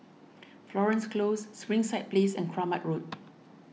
Florence Close Springside Place and Kramat Road